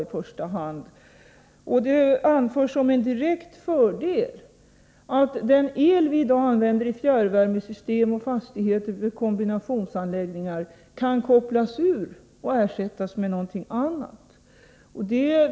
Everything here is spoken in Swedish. Det anförs att det är en direkt fördel att den el som vi i dag använder i fjärrvärmesystem och fastigheter med kombinationsanläggningar kan kopplas ur och ersättas med någonting annat.